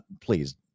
Please